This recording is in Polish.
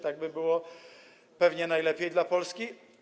Tak by było pewnie najlepiej dla Polski.